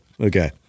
Okay